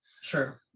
Sure